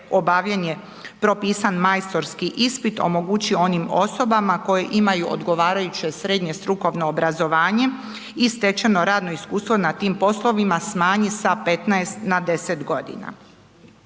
obavljanje propisan majstorski ispit omogući onim osobama koje imaju odgovarajuće srednje strukovno obrazovanje i stečeno radno iskustvo na tim poslovima smanji sa 15 na 10 godina.